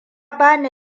bani